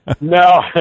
No